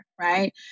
right